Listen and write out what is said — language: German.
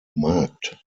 markt